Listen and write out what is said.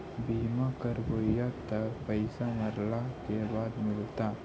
बिमा करैबैय त पैसा मरला के बाद मिलता?